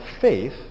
faith